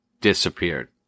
disappeared